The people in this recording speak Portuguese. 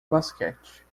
basquete